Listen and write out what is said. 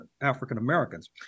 African-Americans